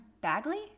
Bagley